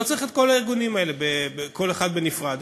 לא צריך את כל הארגונים האלה, כל אחד בנפרד.